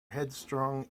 headstrong